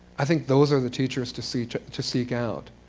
i think those are the teachers to seek to seek out.